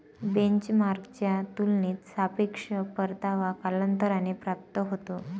बेंचमार्कच्या तुलनेत सापेक्ष परतावा कालांतराने प्राप्त होतो